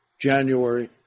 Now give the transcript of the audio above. January